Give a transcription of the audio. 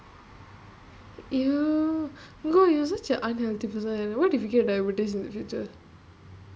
!eww! my god you are such an unhealthy person what if you get diabetes in the future